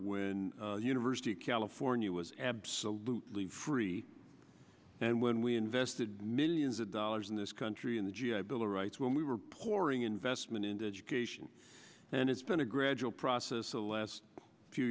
when the university of california was absolutely free and when we invested millions of dollars in this country in the g i bill of rights when we were pouring investment into education and it's been a gradual process the last few